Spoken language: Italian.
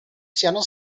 siano